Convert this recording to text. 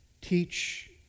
Teach